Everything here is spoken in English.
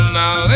now